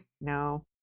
No